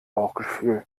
bauchgefühl